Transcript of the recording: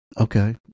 Okay